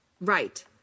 Right